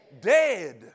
Dead